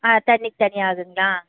ஆ தண்ணிக்கு தனியாக ஆகுதுங்களா